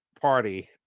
party